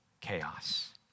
chaos